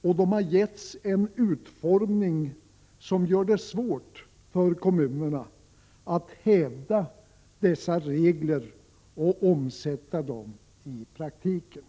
och har getts en utformning som gör det svårt för kommunerna att hävda dessa regler och omsätta dem i praktiken.